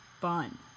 fun